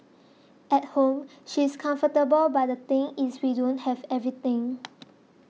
at home she's comfortable but the thing is we don't have everything